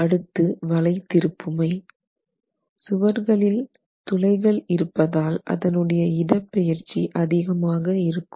அடுத்து வளை திருப்புமை சுவர்களில் துளைகள் இருப்பதால் அதனுடைய இடப்பெயர்ச்சி அதிகமாக இருக்கும்